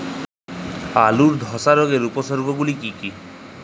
আলুর ধসা রোগের উপসর্গগুলি কি কি?